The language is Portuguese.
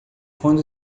quando